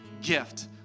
gift